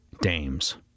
Dames